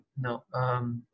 No